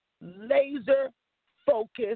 laser-focused